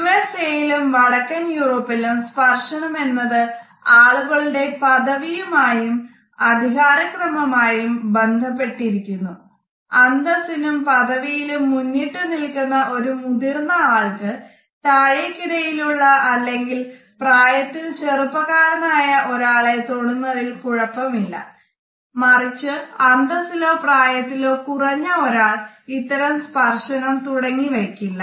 USA യിലും വടക്കൻ യൂറോപ്പിലും സ്പർശനം എന്നത് ആളുകളുടെ പദവിയുമായും അധികരക്രമം ആയും ബന്ധപ്പെട്ടിരിക്കുന്നു അന്തസ്സിനും പദവിയിലും മുന്നിട്ട് നിൽക്കുന്ന ഒരു മുതിർന്ന ആൾക്ക് താഴേക്കിടയിലുള്ള അല്ലെങ്കിൽ പ്രായത്തിൽ ചെറുപ്പകാരൻ ആയ ഒരാളെ തൊടുന്നതിൽ കുഴപ്പമില്ല എന്നാല് മറിച്ച് അന്തസ്സിലോ പ്രായത്തിലോ കുറഞ്ഞ ഒരാൾ ഇത്തരം സ്പർശനം തുടങ്ങി വയ്ക്കില്ല